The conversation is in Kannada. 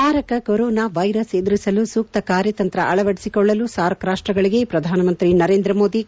ಮಾರಕ ಕೊರೊನಾ ವೈರಸ್ ಎದುರಿಸಲು ಸೂಕ್ತ ಕಾರ್ಯತಂತ್ರ ಅಳವಡಿಸಿಕೊಳ್ಳಲು ಸಾರ್ಕ್ ರಾಷ್ಲಗಳಿಗೆ ಪ್ರಧಾನಿ ನರೇಂದ್ರಮೋದಿ ಕರೆ